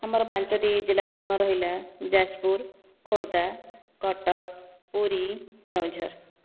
ଆମର ପାଞ୍ଚଟି ଜିଲ୍ଲାର ନାମ ରହିଲା ଯାଜପୁର ଖୋର୍ଦ୍ଧା କଟକ ପୁରୀ କେଉଁଝର